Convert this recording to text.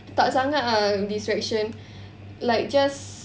tak sangat ah distraction like just